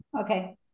Okay